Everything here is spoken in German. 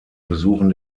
besuchen